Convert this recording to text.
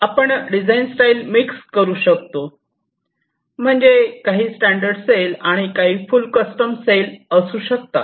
आपण design style mix करू शकतो म्हणजे काही स्टॅंडर्ड सेल आणि काही फूल कस्टम सेल असू शकतात